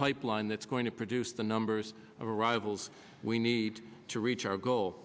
pipeline that's going to produce the numbers of arrivals we need to reach our goal